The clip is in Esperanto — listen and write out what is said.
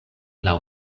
laŭ